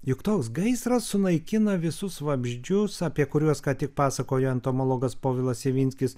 juk toks gaisras sunaikina visus vabzdžius apie kuriuos ką tik pasakojo entomologas povilas ivinskis